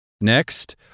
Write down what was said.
Next